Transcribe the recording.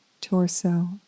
torso